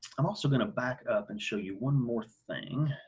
i'm also gonna back up and show you one more thing